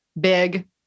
big